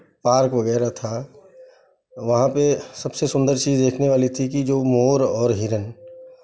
park वगैरह था वहाँ पे सबसे सुंदर चीज़ देखने वाली थी कि जो मोर और हिरण